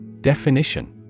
Definition